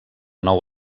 nou